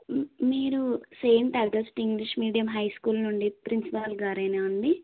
మీరు saint August English medium high school నుండి principal గారేనా అండి